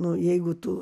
nu jeigu tu